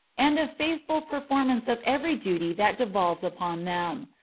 and of faithful performance of every duty that devolves upon them.